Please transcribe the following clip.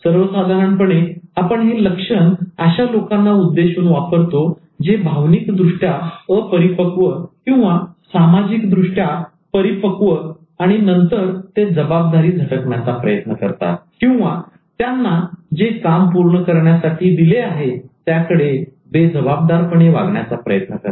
सर्वसाधारणपणे आपण हे लक्षण अशा लोकांना उद्देशून वापरतो जे भावनिक दृष्ट्या अपरिपक्व किंवा सामाजिक दृष्ट्या परिपक्व आणि नंतर ते जबाबदारी झटकण्याचा प्रयत्न करतात किंवा त्यांना जे काम पूर्ण करण्यासाठी दिले आहे त्याकडे बेजबाबदारपणे वागण्याचा प्रयत्न करतात